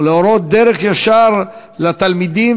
ולהורות דרך ישר לתלמידים,